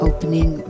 Opening